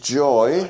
joy